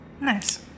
nice